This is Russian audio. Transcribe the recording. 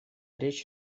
речь